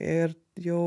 ir jau